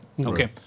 Okay